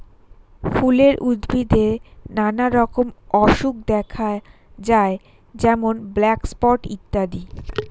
ফুলের উদ্ভিদে নানা রকম অসুখ দেখা যায় যেমন ব্ল্যাক স্পট ইত্যাদি